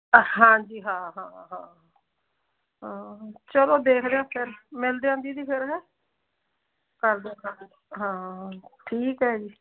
ਹਾਂਜੀ ਹਾਂ ਹਾਂ ਹਾਂ ਚਲੋ ਦੇਖਦੇ ਆ ਫਿਰ ਮਿਲਦੇ ਆ ਦੀਦੀ ਫਿਰ ਹੈਂ ਕਰਦੇ ਆ ਸਲਾਹ ਹਾਂ ਠੀਕ ਹੈ ਜੀ